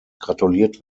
gratuliert